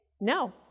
no